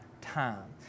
time